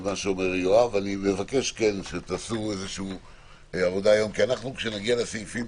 אני מבקש שתעשו עבודה, כי כשנגיע לסעיפים,